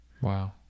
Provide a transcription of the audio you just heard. Wow